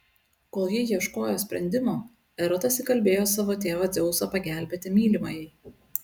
kol ji ieškojo sprendimo erotas įkalbėjo savo tėvą dzeusą pagelbėti mylimajai